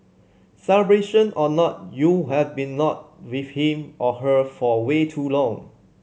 celebration or not you have been not with him or her for way too long